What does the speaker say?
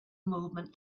movement